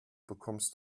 bekommst